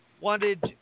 wanted